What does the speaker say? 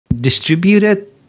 distributed